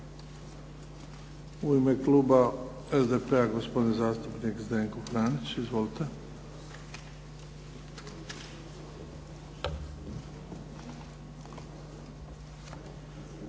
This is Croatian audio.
U ime kluba SDP-a, gospodin zastupnik Zdenko Franić. Izvolite.